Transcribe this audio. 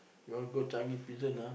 you want to go Changi Prison ah